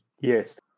yes